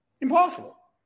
Impossible